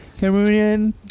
Cameroonian